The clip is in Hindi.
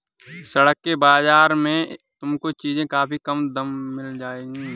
सड़क के बाजार में तुमको चीजें काफी कम दाम में मिल जाएंगी